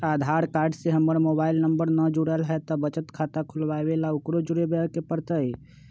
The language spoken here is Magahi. आधार कार्ड से हमर मोबाइल नंबर न जुरल है त बचत खाता खुलवा ला उकरो जुड़बे के पड़तई?